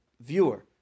viewer